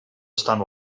estan